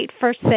first